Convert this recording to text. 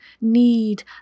need